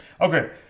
Okay